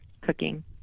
cooking